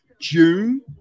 June